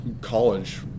college